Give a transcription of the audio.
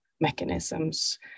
mechanisms